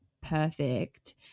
perfect